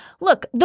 look